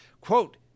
Quote